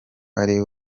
ari